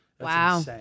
Wow